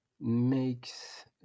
makes